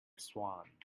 swan